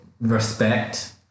Respect